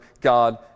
God